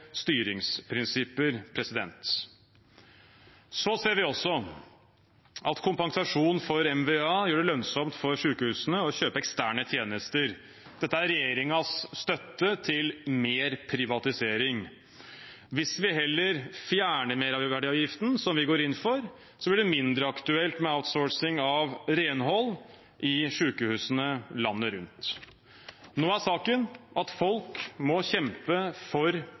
styringsprinsipper. Vi ser også at kompensasjon for merverdiavgift gjør det lønnsomt for sykehusene å kjøpe eksterne tjenester. Dette er regjeringens støtte til mer privatisering. Hvis vi heller fjerner merverdiavgiften, som vi går inn for, blir det mindre aktuelt med outsourcing av renhold i sykehusene landet rundt. Nå er saken at folk må kjempe for